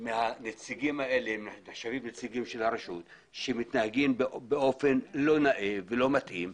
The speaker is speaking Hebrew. מהנציגים של הרשות שמתנהגים באופן לא נאה ולא מתאים,